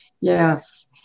Yes